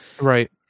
right